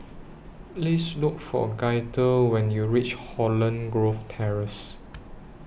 Please Look For Gaither when YOU REACH Holland Grove Terrace